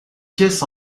pièces